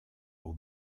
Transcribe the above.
aux